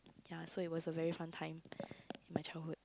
ya so it was a very fun time in my childhood